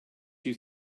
you